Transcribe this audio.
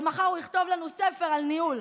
מחר הוא עוד יכתוב לנו ספר על ניהול.